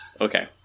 Okay